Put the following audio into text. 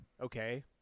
okay